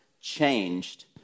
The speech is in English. changed